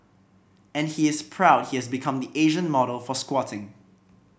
and he is proud he has become the Asian model for squatting